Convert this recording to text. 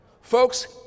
folks